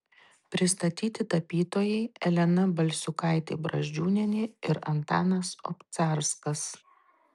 pristatyti tapytojai elena balsiukaitė brazdžiūnienė ir antanas obcarskas